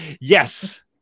Yes